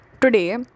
today